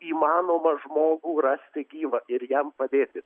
įmanoma žmogų rasti gyvą ir jam padėti